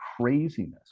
craziness